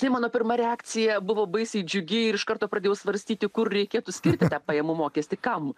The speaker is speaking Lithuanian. tai mano pirma reakcija buvo baisiai džiugi ir iš karto pradėjau svarstyti kur reikėtų skirti tą pajamų mokestį kam